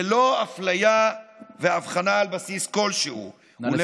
ללא אפליה והבחנה על בסיס כלשהו, נא לסכם.